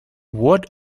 watt